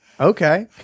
okay